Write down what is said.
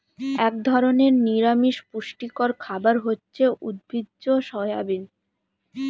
এক ধরনের নিরামিষ পুষ্টিকর খাবার হচ্ছে উদ্ভিজ্জ সয়াবিন